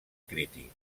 crític